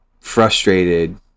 frustrated